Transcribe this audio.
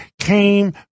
came